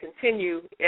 continue